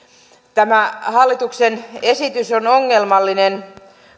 tämä hallituksen esitys on ongelmallinen